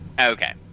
Okay